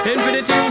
Infinity